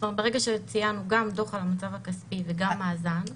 ברגע שציינו גם דוח על מצב כספי וגם מאזן,